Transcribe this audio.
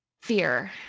fear